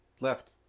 left